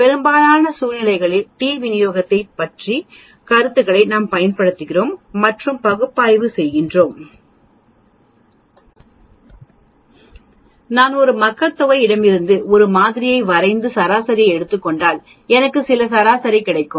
பெரும்பாலான சூழ்நிலைகளில் டி விநியோகம் என்ற கருத்தை நாங்கள் பயன்படுத்துகிறோம் மற்றும் பகுப்பாய்வு செய்கிறோம் நான் ஒரு மக்கள் தொகை இடமிருந்து ஒரு மாதிரியை வரைந்து சராசரியை எடுத்துக் கொண்டால் எனக்கு சில சராசரி கிடைக்கும்